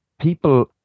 people